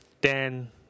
Dan